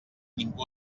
ningú